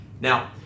Now